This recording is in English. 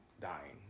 dying